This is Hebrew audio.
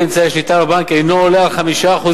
אמצעי השליטה בבנק אינו עולה על 5%,